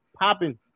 popping